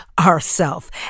ourself